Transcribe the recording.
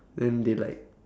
then they like